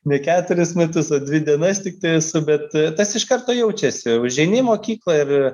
ne keturis metus o dvi dienas tiktai esu bet tas iš karto jaučiasi užeini į mokyklą ir